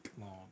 long